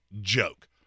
joke